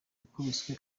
yakubiswe